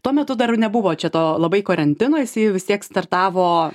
tuo metu dar nebuvo čia to labai karantino jisai vis tiek startavo